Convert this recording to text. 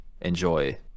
enjoy